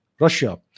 Russia